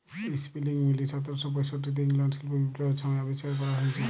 spinning যিলি সতের শ পয়ষট্টিতে ইংল্যাল্ডে শিল্প বিপ্লবের ছময় আবিষ্কার ক্যরা হঁইয়েছিল